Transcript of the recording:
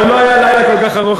הרי אם לא היה לילה כל כך ארוך,